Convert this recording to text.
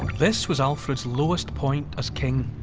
this was alfred's lowest point as king.